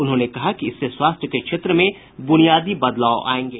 उन्होंने कहा कि इससे स्वास्थ्य के क्षेत्र में बुनियादी बदलाव आयेंगे